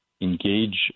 engage